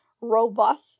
robust